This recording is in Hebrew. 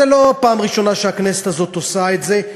זו לא הפעם הראשונה שהכנסת הזאת עושה את זה,